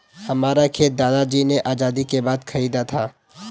हमारा खेत दादाजी ने आजादी के बाद खरीदा था